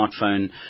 smartphone